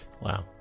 Wow